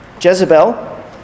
Jezebel